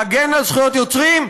להגן על זכויות יוצרים,